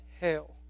hell